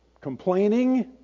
Complaining